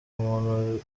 muntu